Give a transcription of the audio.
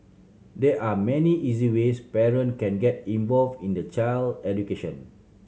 there are many easy ways parent can get involved in their child education